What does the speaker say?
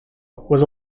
was